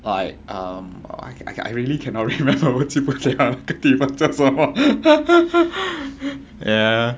like um I really cannot remember 我记不了那个地方叫什么